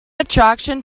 attraction